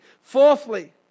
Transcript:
Fourthly